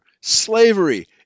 slavery